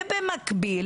ובמקביל